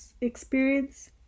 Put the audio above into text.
experience